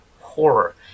horror